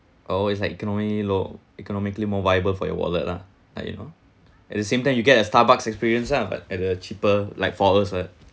I always like economy low economically more viable for your wallet lah like you know at the same time you get a Starbucks experience ah but at a cheaper like for us right